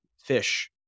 fish